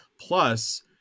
Plus